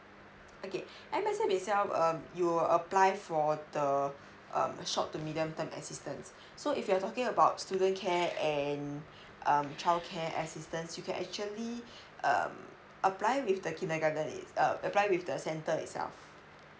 okay M_S_F itself um you apply for the um short to medium term assistance so if you are talking about student care and um childcare assistance you can actually um apply with the kindergarten is uh apply with the centre itself